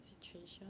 situation